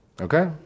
Okay